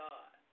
God